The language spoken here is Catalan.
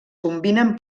combinen